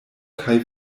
kaj